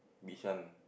Bishan